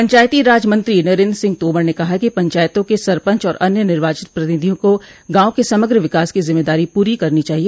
पंचायती राज मंत्री नरेन्द्र सिंह तोमर ने कहा है कि पंचायतों के सरपंच और अन्य निर्वाचित प्रतिनिधियों को गांवों के समग्र विकास की जिम्मेदारी पूरी करनी चाहिए